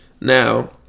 Now